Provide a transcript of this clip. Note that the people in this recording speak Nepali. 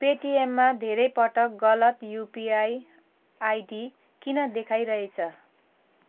पेटिएममा धेरै पटक गलत युपिआई आइडी किन देखाइरहेछ